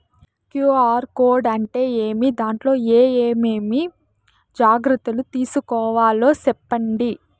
QR code అంటే ఏమి? దాంట్లో ఏ ఏమేమి జాగ్రత్తలు తీసుకోవాలో సెప్పండి?